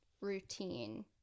routine